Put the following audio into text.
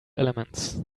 elements